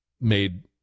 made